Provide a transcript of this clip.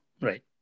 Right